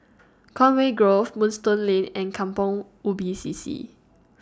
Conway Grove Moonstone Lane and Kampong Ubi C C